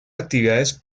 actividades